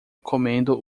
comendo